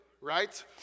right